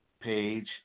page